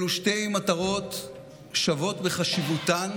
אלו שתי מטרות שוות בחשיבותן,